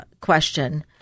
question